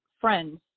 friends